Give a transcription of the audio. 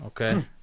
Okay